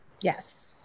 Yes